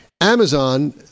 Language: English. Amazon